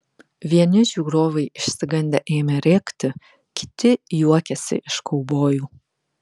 vieni žiūrovai išsigandę ėmė rėkti kiti juokėsi iš kaubojų